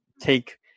take